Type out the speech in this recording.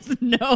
no